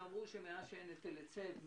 אמרו שמאז שאין היטל היצף,